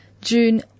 June